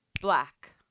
black